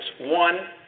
one